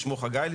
שמו חגי,